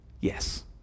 yes